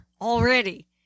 Already